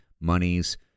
monies